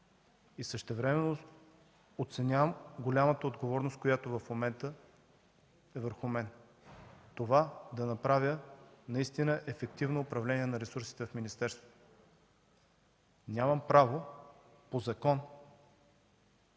и същевременно оценявам голямата отговорност, която в момента е върху мен и това да направя наистина ефективно управление на ресурсите в министерството. Нямам право по закон